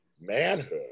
manhood